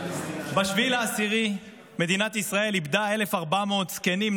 ב-7 באוקטובר מדינת ישראל איבדה 1,400 זקנים,